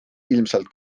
ilmselt